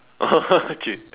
oh okay